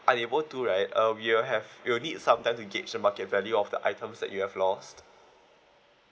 unable to right uh we will have we will need some time to gauge the market value of the items that you have lost